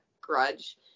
grudge